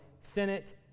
Senate